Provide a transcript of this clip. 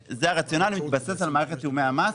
הרציונל מאחורי המודל הזה מתבסס על מערכת תיאומי המס;